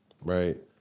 right